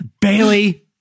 Bailey